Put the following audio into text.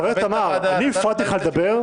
חבר הכנסת עמאר, אני הפרעתי לך לדבר?